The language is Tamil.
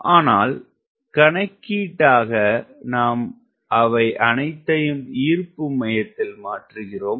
ஆனால் கணக்கீட்டுக்காக நாம் அவை அனைத்தையும் ஈர்ப்பு மையத்தில் மாற்றுகிறோம்